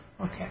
Okay